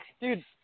Dude